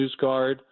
NewsGuard